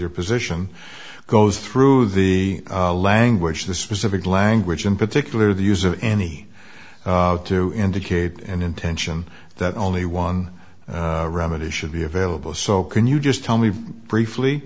your position goes through the language the specific language in particular the use of any to indicate an intention that only one remedy should be available so can you just tell me briefly